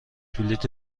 بلیط